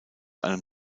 einem